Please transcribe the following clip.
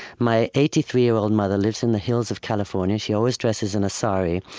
my eighty three year old mother lives in the hills of california. she always dresses in a sari,